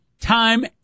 time